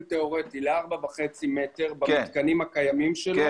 תיאורטי ל-4.5 מ"ר במתקנים הקיימים שלו,